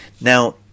Now